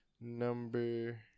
number